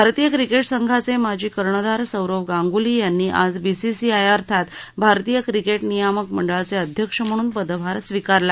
भारतीय क्रिकेट संघाचे माजी कर्णधार सौरव गांगुली यांनी आज बीसीसीआय अर्थात भारतीय क्रिकेट नियामक मंडळाचे अध्यक्ष म्हणून पदभार स्वीकारला